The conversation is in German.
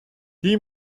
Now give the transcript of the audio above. die